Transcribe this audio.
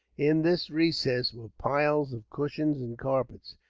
in this recess were piles of cushions and carpets,